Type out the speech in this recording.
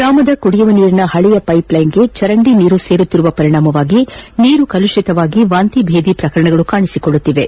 ಗ್ರಾಮದ ಕುಡಿಯುವ ನೀರಿನ ಹಳೆಯ ಪೈಪ್ಲೈನ್ಗೆ ಚರಂಡಿ ನೀರು ಸೇರುತ್ತಿರುವ ಪರಿಣಾಮವಾಗಿ ಕುಡಿಯುವ ನೀರು ಕಲುಷಿತವಾಗಿ ವಾಂತಿ ಬೇಧಿ ಪ್ರಕರಣಗಳು ಕಾಣಿಸಿಕೊಳ್ಳುತ್ತಿವೆ